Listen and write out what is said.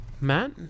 Matt